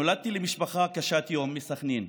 נולדתי למשפחה קשת יום מסח'נין,